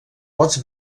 pots